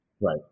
Right